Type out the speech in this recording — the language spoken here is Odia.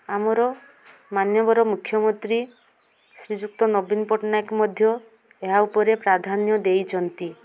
ଆମର ମାନ୍ୟବର ମୁଖ୍ୟମନ୍ତ୍ରୀ ଶ୍ରୀଯୁକ୍ତ ନବୀନ ପଟ୍ଟନାୟକ ମଧ୍ୟ ଏହା ଉପରେ ପ୍ରାଧାନ୍ୟ ଦେଇଛନ୍ତି